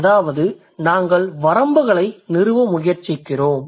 அதாவது நாம் வரம்புகளை நிறுவ முயற்சிக்கிறோம்